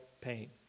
pain